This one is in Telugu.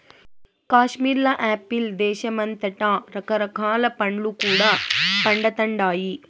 కాశ్మీర్ల యాపిల్ దేశమంతటా రకరకాల పండ్లు కూడా పండతండాయి